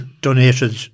donated